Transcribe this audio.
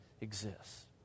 exists